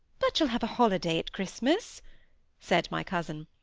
but you'll have a holiday at christmas said my cousin.